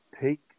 take